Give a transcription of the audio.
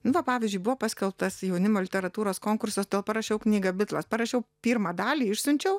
nu va pavyzdžiui buvo paskelbtas jaunimo literatūros konkursas todėl parašiau knygą bitlas parašiau pirmą dalį išsiunčiau